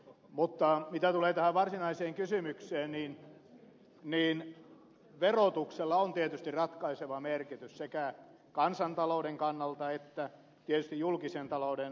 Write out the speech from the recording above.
mutta mitä tulee tähän varsinaiseen kysymykseen niin verotuksella on tietysti ratkaiseva merkitys sekä kansantalouden kannalta että tietysti julkisen talouden tasapainolle